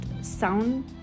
sound